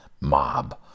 Mob